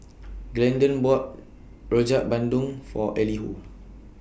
Glendon bought Rojak Bandung For Elihu